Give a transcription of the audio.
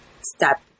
step